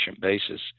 basis